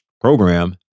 program